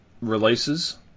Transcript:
releases